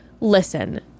Listen